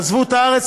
עזבו את הארץ,